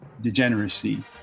degeneracy